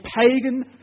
pagan